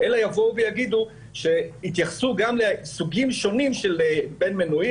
אלא יבואו ויתייחסו גם לסוגים שונים בין מנויים